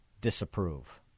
disapprove